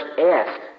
asked